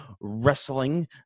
wrestling